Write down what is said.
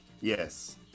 Yes